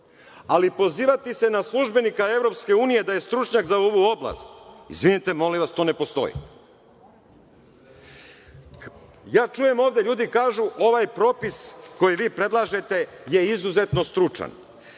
ali pozivati se na službenika EU da je stručnjak za ovu oblast, izvinite, molim vas, to ne postoji. Čujem ovde, ljudi kažu, ovaj propis koji vi predlažete je izuzetno stručan.